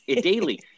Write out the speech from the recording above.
daily